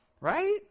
Right